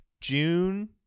June